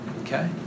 okay